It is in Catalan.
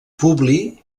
publi